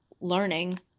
learning